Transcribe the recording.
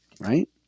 right